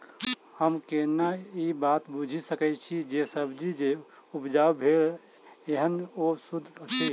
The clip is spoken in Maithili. हम केना ए बात बुझी सकैत छी जे सब्जी जे उपजाउ भेल एहन ओ सुद्ध अछि?